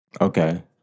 Okay